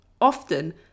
Often